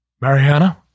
Mariana